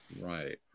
Right